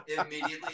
Immediately